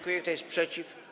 Kto jest przeciw?